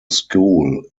school